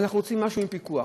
אנחנו רוצות משהו עם פיקוח.